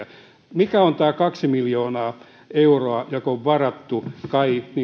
mikä on tämä kaksi miljoonaa euroa joka on varattu kai